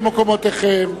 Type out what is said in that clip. במקומותיכם.